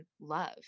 love